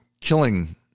killing